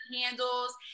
handles